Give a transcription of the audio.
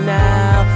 now